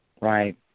right